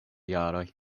jaroj